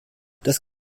dass